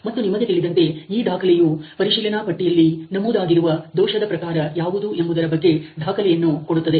ಮತ್ತು ನಿಮಗೆ ತಿಳಿದಂತೆ ಈ ದಾಕಲಿಯು ಪರಿಶೀಲನಾಪಟ್ಟಿಯಲ್ಲಿ ನಮೂದಾಗಿರುವ ದೋಷದ ಪ್ರಕಾರ ಯಾವುದು ಎಂಬುದರ ಬಗ್ಗೆ ದಾಖಲೆಯನ್ನು ಕೊಡುತ್ತದೆ